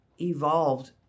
evolved